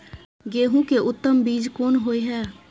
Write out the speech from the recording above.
गेहूं के उत्तम बीज कोन होय है?